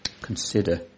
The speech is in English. Consider